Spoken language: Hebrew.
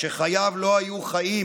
שחייו לא היו חיים